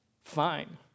fine